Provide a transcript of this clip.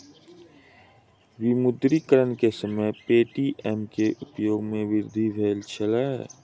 विमुद्रीकरण के समय पे.टी.एम के उपयोग में वृद्धि भेल छल